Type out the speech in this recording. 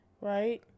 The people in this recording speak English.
right